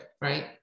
right